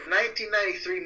1993